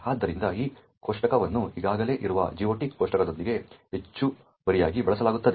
ಆದ್ದರಿಂದ ಈ ಕೋಷ್ಟಕವನ್ನು ಈಗಾಗಲೇ ಇರುವ GOT ಕೋಷ್ಟಕದೊಂದಿಗೆ ಹೆಚ್ಚುವರಿಯಾಗಿ ಬಳಸಲಾಗುತ್ತದೆ